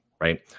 right